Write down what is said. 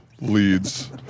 leads